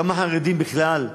כמה חרדים בכלל,